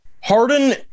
Harden